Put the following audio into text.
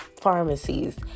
pharmacies